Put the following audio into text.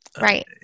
right